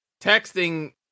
texting